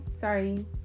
sorry